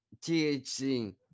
THC